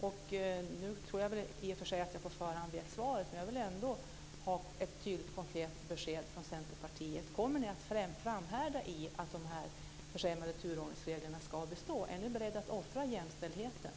Nu tror jag i och för sig att jag på förhand vet svaret, men jag vill ändå ha ett tydligt, konkret besked från Centerpartiet. Kommer ni att framhärda i att de försämrade turordningsreglerna ska bestå? Är ni beredda att offra jämställdheten?